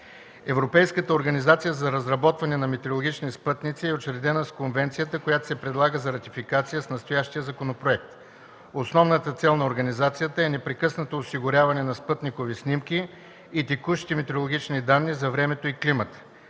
Европейската организация за разработване на метеорологични спътници е учредена с конвенцията, която се предлага за ратификация с настоящия законопроект. Основната цел на организацията е непрекъснато осигуряване на спътникови снимки и текущи метеорологични данни за времето и климата.